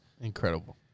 incredible